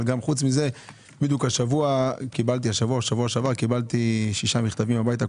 אבל בדיוק השבוע או שבוע שעבר קיבלתי שישה מכתבים הביתה,